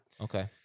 Okay